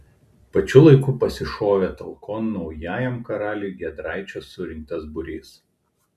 pačiu laiku pasišovė talkon naujajam karaliui giedraičio surinktas būrys